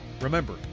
remember